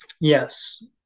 Yes